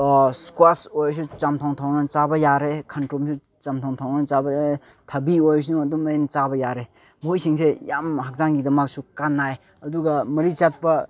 squash ꯑꯣꯏꯔꯁꯨ ꯆꯝꯊꯣꯡ ꯊꯣꯡꯉꯒ ꯆꯥꯕ ꯌꯥꯔꯦ ꯈꯣꯡꯗ꯭ꯔꯨꯝꯁꯤ ꯆꯝꯊꯣꯡ ꯊꯣꯡꯉꯒ ꯆꯥꯕ ꯌꯥꯏ ꯊꯕꯤ ꯑꯣꯏꯁꯅꯨ ꯑꯗꯨꯃꯥꯏꯅ ꯆꯥꯕ ꯌꯥꯔꯦ ꯃꯣꯏꯁꯤꯡꯁꯦ ꯌꯥꯝ ꯍꯛꯆꯥꯡꯒꯤꯗꯃꯛꯁꯨ ꯀꯥꯟꯅꯩ ꯑꯗꯨꯒ ꯃꯔꯤ ꯆꯠꯄ